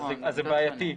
זה בעייתי.